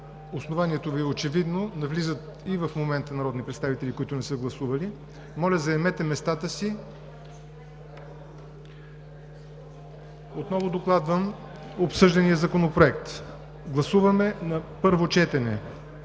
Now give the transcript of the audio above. Основанието Ви е очевидно. Влизат и в момента народни представители, които не са гласували. Моля, заемете местата си. Отново докладвам обсъждания Законопроект. Гласуваме на първо четене